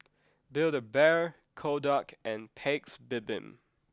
build A Bear Kodak and Paik's Bibim